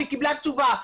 היא קיבלה תשובה,